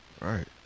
right